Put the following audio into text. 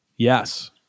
Yes